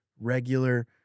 regular